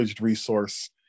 resource